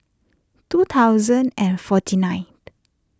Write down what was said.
two thousand and forty nine